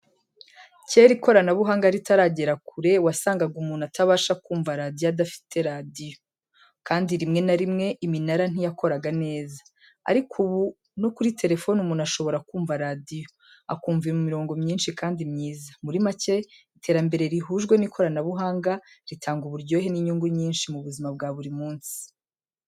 Kera ikoranabuhanga ritaragera kure, wasangaga umuntu atabasha kumva radiyo adafite radiyo, kandi rimwe na rimwe iminara ntiyakoraga neza. Ariko ubu no kuri terefone umuntu ashobora kumva radiyo, akumva imirongo myinshi kandi myiza. Muri make, iterambere rihujwe n’ikoranabuhanga ritanga uburyohe n’inyungu nyinshi mu buzima bwa buri munsi.